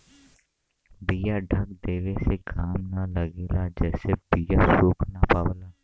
बीया ढक देवे से घाम न लगेला जेसे बीया सुख ना पावला